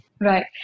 Right